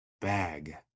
bag